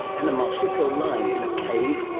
and a marsupial lion in a cave,